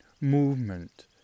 movement